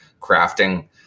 crafting